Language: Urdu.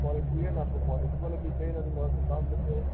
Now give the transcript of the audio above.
کوالٹی ہے نہ آپ کو کوالٹی والا بیج چاہیے نا تو پھر آپ کو دام میں تو